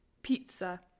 pizza